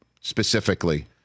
specifically